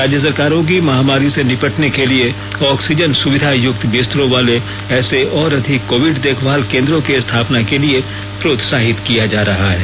राज्य सरकारों को महामारी से निपटने के लिए ऑक्सीजन सुविधा युक्त बिस्तरों वाले ऐसे और अधिक कोविड देखभाल केन्द्रों की स्थापना के लिए प्रोत्साहित किया जा रहा है